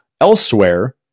elsewhere